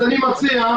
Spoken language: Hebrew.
אני מציע,